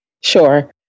Sure